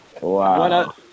wow